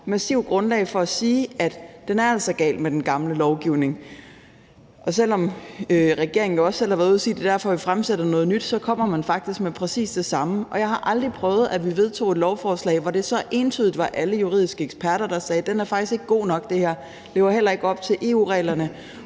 massivt grundlag af for at sige, at den altså er gal med den gamle lovgivning. Og selv om regeringen selv har været ude at sige, at det er derfor, de fremsætter noget nyt, så kommer de faktisk med præcis det samme. Og jeg har aldrig prøvet, at vi vedtog et lovforslag, hvor det så entydigt var alle juridiske eksperter, der sagde: Det her er faktisk ikke godt nok. Det lever heller ikke op til EU-reglerne,